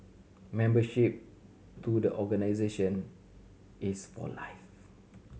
membership to the organisation is for life